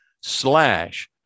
slash